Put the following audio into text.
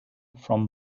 from